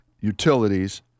utilities